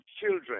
children